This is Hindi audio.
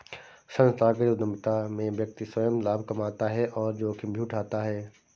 संस्थागत उधमिता में व्यक्ति स्वंय लाभ कमाता है और जोखिम भी उठाता है